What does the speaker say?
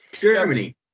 Germany